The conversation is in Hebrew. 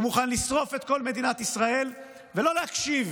מוכן לשרוף את כל מדינת ישראל ולא להקשיב